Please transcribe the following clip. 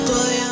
Boy